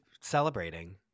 celebrating